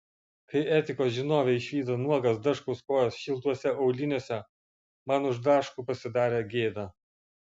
kai etikos žinovė išvydo nuogas daškaus kojas šiltuose auliniuose man už daškų pasidarė gėda